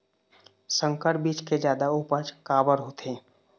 संकर बीज के जादा उपज काबर होथे?